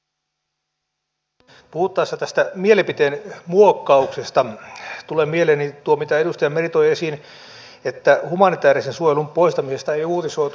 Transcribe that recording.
puhuttaessa tästä mielipiteenmuokkauksesta tulee mieleeni tuo mitä edustaja meri toi esiin että humanitäärisen suojelun poistamisesta ei uutisoitu